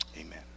amen